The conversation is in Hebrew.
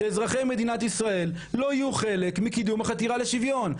אזרחי מדינת ישראל לא יהיו חלק מקידום החתירה לשוויון.